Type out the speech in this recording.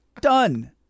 done